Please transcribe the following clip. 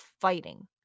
fighting